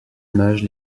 image